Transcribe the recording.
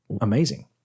amazing